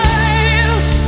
eyes